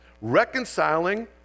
reconciling